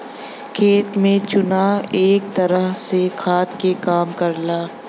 खेत में चुना एक तरह से खाद के काम करला